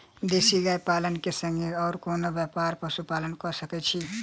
देसी गाय पालन केँ संगे आ कोनों व्यापार वा पशुपालन कऽ सकैत छी?